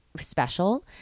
special